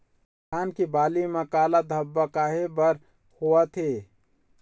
धान के बाली म काला धब्बा काहे बर होवथे?